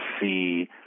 see